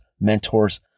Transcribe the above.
mentors